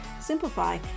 simplify